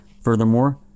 Furthermore